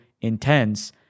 intense